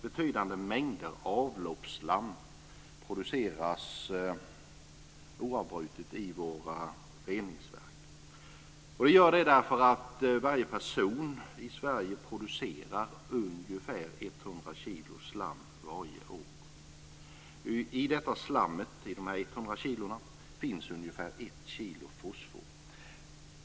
Betydande mängder avloppsslam produceras oavbrutet i våra reningsverk. Det gör de därför att varje person i Sverige producerar ungefär 100 kilo slam varje år. I dessa 100 kilo slam finns ungefär ett kilo fosfor.